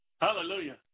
Hallelujah